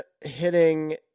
hitting